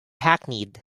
hackneyed